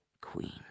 Queen